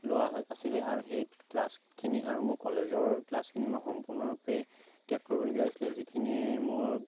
লোৱা হৈ আছিলে আৰু সেই ক্লাছখিনি আৰু মোৰ কলেজৰ ক্লাছখিনি মই সম্পূৰ্ণৰূপে ত্যাগ কৰিবলগীয়া হৈছিলে যিখিনিয়ে মোৰ